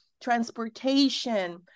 transportation